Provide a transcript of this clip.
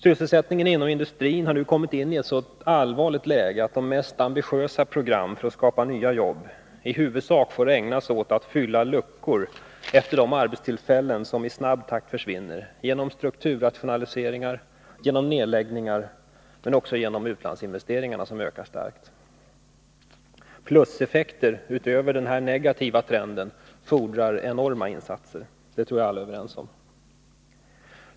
Sysselsättningen inom industrin har nu kommit in i ett så allvarligt läge att de mest ambitiösa program för att skapa nya jobb i huvudsak får ägnas åt att fylla luckor efter de arbetstillfällen som i snabb takt försvinner genom strukturrationaliseringar och nedläggningar men också genom utlandsinvesteringarna, som ökar starkt. Pluseffekter utöver den här negativa trenden fordrar enorma insatser, det tror jag att vi alla är överens om.